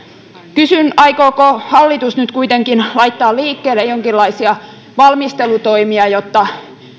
kysyn aikooko hallitus nyt kuitenkin laittaa liikkeelle jonkinlaisia valmistelutoimia jotta